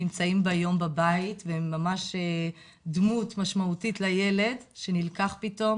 נמצאים ביום בבית והם ממש דמות משמעותית לילד שנלקח פתאום,